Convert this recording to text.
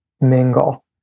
mingle